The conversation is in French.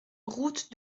route